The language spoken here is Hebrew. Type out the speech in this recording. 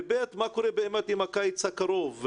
שנית, מה קורה עם הקיץ הקרוב?